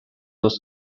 was